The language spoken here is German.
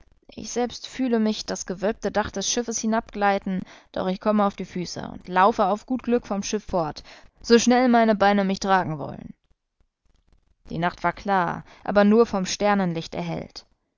ich selbst fühle mich das gewölbte dach des schiffes hinabgleiten doch ich komme auf die füße und laufe auf gut glück vom schiff fort so schnell meine beine mich tragen wollen die nacht war klar aber nur vom sternenlicht erhellt